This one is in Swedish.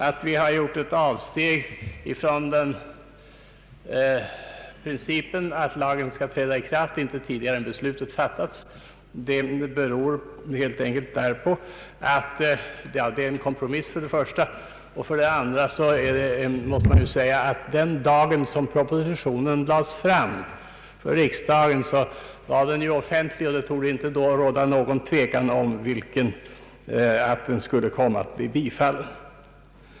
Att vi har gjort ett avsteg från principen att lagen inte skall träda i kraft tidigare än då beslutet fattats beror för det första på att det är fråga om en kompromiss och för det andra på att propositionen var offentlig den dag då den lades fram för riksdagen. Det torde inte då ha rått något tvivel om att den skulle komma att bifallas.